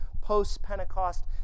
post-Pentecost